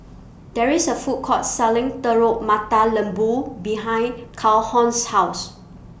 There IS A Food Court Selling Telur Mata Lembu behind Calhoun's House